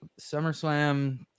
SummerSlam